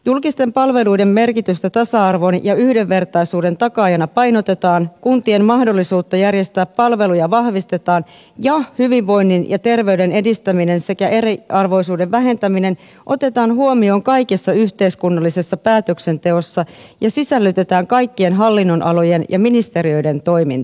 julkisten palveluiden merkitystä tasa arvon ja yhdenvertaisuuden takaajana painotetaan kuntien mahdollisuutta järjestää palveluja vahvistetaan ja hyvinvoinnin ja terveyden edistäminen sekä eriarvoisuuden vähentäminen otetaan huomioon kaikessa yhteiskunnallisessa päätöksenteossa ja sisällytetään kaikkien hallinnonalojen ja ministeriöiden toimintaan